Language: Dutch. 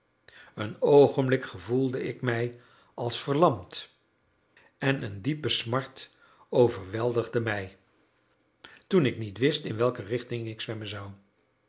een oogenblik gevoelde ik mij als verlamd en een diepe smart overweldigde mij toen ik niet wist in welke richting ik zwemmen zou